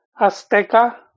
Azteca